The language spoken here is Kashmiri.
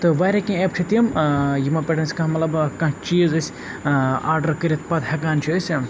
تہٕ واریاہ کیٚنٛہہ ایپ چھِ تِم ٲں یِمو پٮ۪ٹھ أسۍ کانٛہہ مطلب کانٛہہ چیٖز أسۍ ٲں آرڈَر کٔرِتھ پَتہٕ ہیٚکان چھِ أسۍ